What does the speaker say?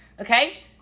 Okay